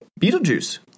Beetlejuice